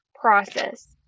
process